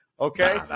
Okay